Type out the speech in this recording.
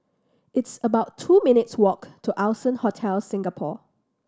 it's about two minutes' walk to Allson Hotel Singapore